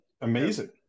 Amazing